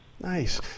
Nice